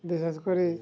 ବିଶେଷ କରି